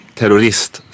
terrorist